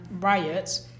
riots